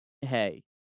hey